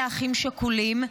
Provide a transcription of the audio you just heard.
לאחים שכולים,